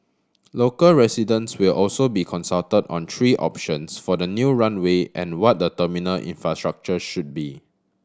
local residents will also be consulted on three options for the new runway and what the terminal infrastructure should be